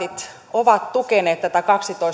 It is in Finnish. ovat tukeneet tätä kaksitoista plus